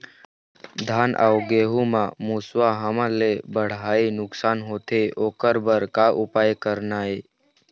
धान अउ गेहूं म मुसवा हमन ले बड़हाए नुकसान होथे ओकर बर का उपाय करना ये?